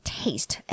taste